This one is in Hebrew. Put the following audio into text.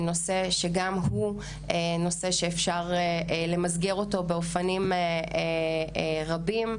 זה נושא שגם אותו אפשר למסגר באופנים רבים.